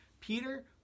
Peter